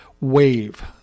wave